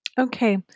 okay